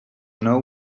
know